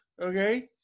okay